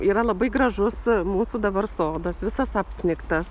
yra labai gražus mūsų dabar sodas visas apsnigtas